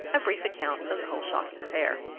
a brief account of the whole shocking affair.